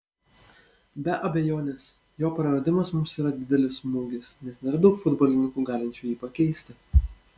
be abejonės jo praradimas mums yra didelis smūgis nes nėra daug futbolininkų galinčių jį pakeisti